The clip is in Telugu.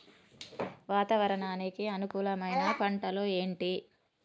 వాతావరణానికి అనుకూలమైన పంటలు ఏంటి?